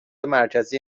مرکزی